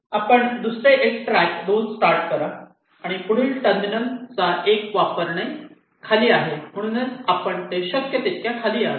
आपण दुसरे एक ट्रॅक 2 स्टार्ट करा आणि पुढील टर्मिनलचा 1 वापरणे खाली आहे म्हणूनच आपण ते शक्य तितक्या खाली आणा